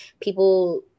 people